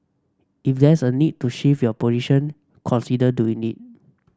if there's a need to shift your position consider doing it